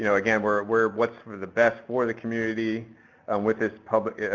you know again, we're we're what's sort of the best for the community with this public,